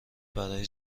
برای